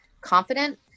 confident